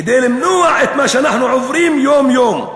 כדי למנוע את מה שאנחנו עוברים יום-יום.